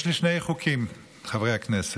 יש לי שני חוקים, חברי הכנסת.